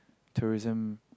tourism